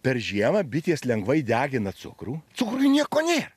per žiemą bitės lengvai degina cukrų cukruj nieko nė